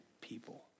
people